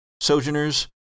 Sojourners